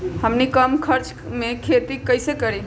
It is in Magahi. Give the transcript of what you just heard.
हमनी कम खर्च मे खेती कई से करी?